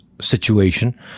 situation